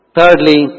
Thirdly